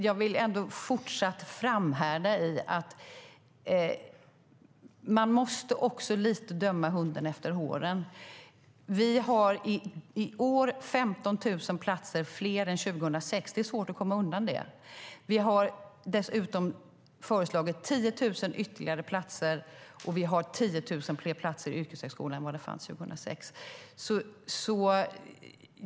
Jag vill fortsatt framhärda i att man lite grann måste döma hunden efter håren. Vi har i år 15 000 fler platser än 2006. Det är svårt att komma undan det faktum. Vi har föreslagit ytterligare 10 000 platser, och dessutom har vi 10 000 fler platser i yrkeshögskolan än vad det fanns 2006.